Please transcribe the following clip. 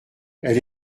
elle